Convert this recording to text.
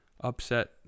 upset